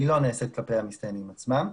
היא לא נעשית כלפי המסתננים עצמם.